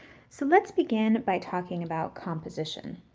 so let's begin by talking about composition.